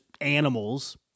animals